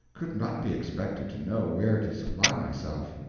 could not be expected to know where to supply myself.